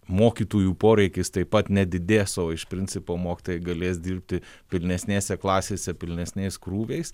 mokytojų poreikis taip pat nedidės o iš principo mokytojai galės dirbti pilnesnėse klasėse pilnesniais krūviais